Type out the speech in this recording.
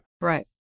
Right